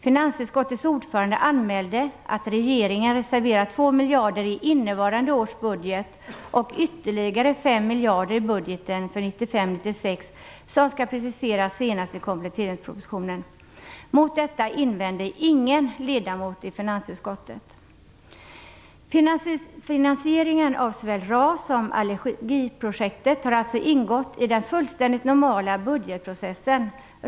Finansutskottets ordförande anmälde att regeringen reserverat 2 miljarder i innevarande års budget och ytterligare 5 miljarder i budgeten för 1995/96 och att detta skall preciseras senast i kompletteringspropostionen. Mot detta invände ingen ledamot i finansutskottet. Finanseringen av såväl RAS som allergiprojektet har alltså ingått i den fullständigt normala budgetprocessen.